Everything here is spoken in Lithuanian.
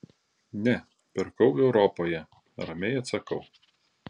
ne pirkau europoje ramiai atsakau